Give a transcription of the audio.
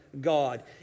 God